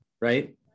Right